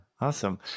Awesome